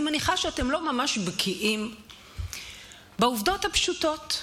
אני מניחה שאתם לא ממש בקיאים בעובדות הפשוטות.